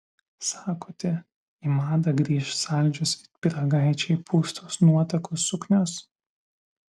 sakote į madą grįš saldžios it pyragaičiai pūstos nuotakų suknios